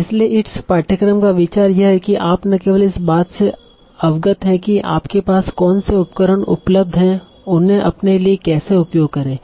इसलिए इस पाठ्यक्रम का विचार यह है कि आप न केवल इस बात से अवगत हैं कि आपके पास कौन से उपकरण उपलब्ध हैं उन्हें अपने लिए कैसे उपयोग करें